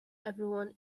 everyone